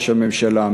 ראש הממשלה,